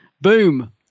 Boom